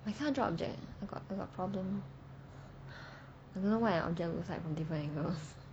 I cannot draw object leh I got got problem I don't know what an object looks like from different angles